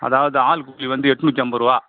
அதாவது ஆள் கூலி வந்து எட்நூத்தி ஐம்பதுரூவா